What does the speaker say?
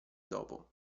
dopo